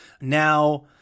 Now